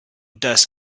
dust